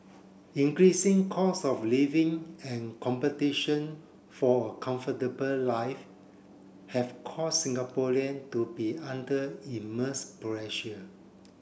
increasing costs of living and competition for a comfortable life have caused Singaporean to be under immense pressure